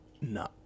No